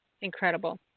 incredible